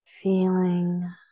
Feeling